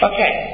Okay